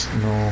no